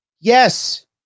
Yes